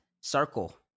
circle